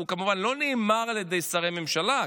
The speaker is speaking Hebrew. כמובן לא נאמר על ידי שרי ממשלה,